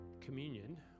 communion